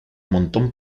montón